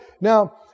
Now